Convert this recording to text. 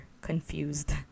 confused